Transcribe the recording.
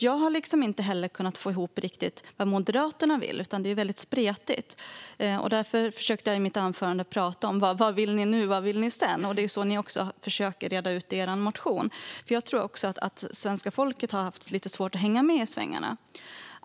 Jag har inte riktigt kunnat få ihop vad Moderaterna vill, utan det är väldigt spretigt. Därför försökte jag prata i mitt anförande om vad ni vill nu och vad ni vill sedan. Det är detta ni försöker reda ut i er motion. Jag tror att också svenska folket har haft lite svårt att hänga med i svängarna.